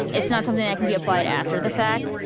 it's not something that can be applied after the fact.